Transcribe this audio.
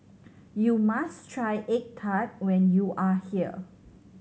you must try egg tart when you are here